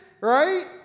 right